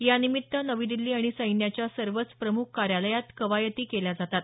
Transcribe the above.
यानिमित्त नवी दिल्ली आणि सैन्याच्या सर्वच प्रमुख कार्यालयात कवायती केल्या जातात